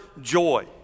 joy